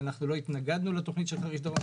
ואנחנו לא התנגדנו לתכנית של חריש דרום,